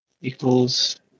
Equals